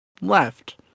left